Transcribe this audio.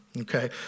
okay